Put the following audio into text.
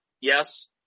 yes